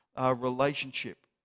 relationship